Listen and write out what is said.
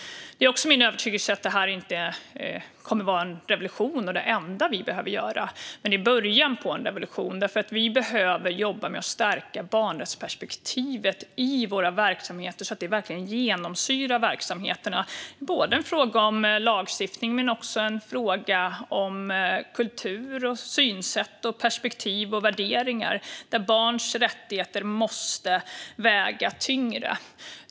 Det är också min övertygelse att detta inte kommer att vara en revolution och det enda som vi behöver göra. Men det är början på en revolution. Vi behöver nämligen jobba med att stärka barnrättsperspektivet i våra verksamheter så att det verkligen genomsyrar verksamheterna. Det är både en fråga om lagstiftning och om kultur, synsätt, perspektiv och värderingar, där barns rättigheter måste väga tyngre.